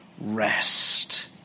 rest